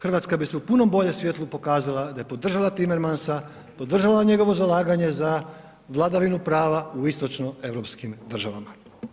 Hrvatska bi se u puno boljem svjetlu pokazal ada je podržala Timmermansa, podržala njegovo zalaganje za vladavinu prava u istočno europskim državama.